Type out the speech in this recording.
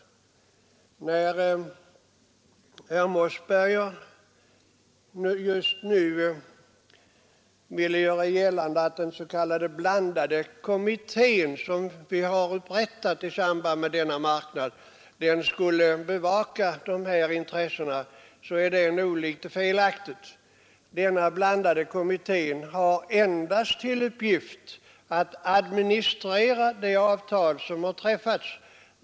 När herr Mossberger vill göra gällande att den s.k. blandade kommittén, som inrättades i samband med EG-avtalet, skulle bevaka de här intressena, så är det nog litet felaktigt. Kommittén har endast till uppgift att administrera det avtal som har träffats.